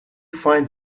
find